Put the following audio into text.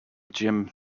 jim